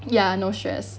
ya nauseous